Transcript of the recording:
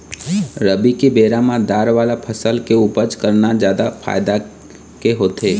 रबी के बेरा म दार वाला फसल के उपज करना जादा फायदा के होथे